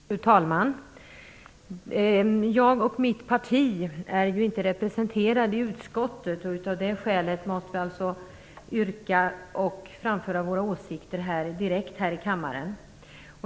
Fru talman! Mitt parti är inte representerat i utskottet. Av det skälet måste vi alltså framföra våra åsikter och yrkanden direkt här i kammaren.